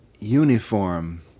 uniform